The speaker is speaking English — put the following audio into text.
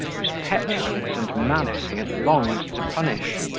whose petulance and malice he had longed to punish.